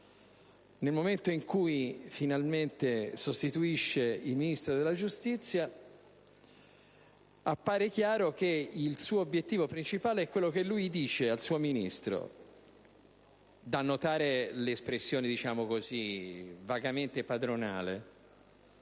nel momento in cui finalmente sostituisce il Ministro della giustizia. Appare chiaro che il suo obiettivo principale è quello che lui dice al suo Ministro (da notare l'espressione vagamente padronale):